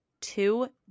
two